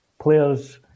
Players